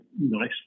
nice